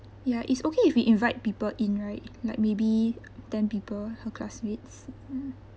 ya it's okay if we invite people in right like maybe ten people her classmates mm